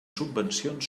subvencions